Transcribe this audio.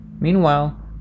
Meanwhile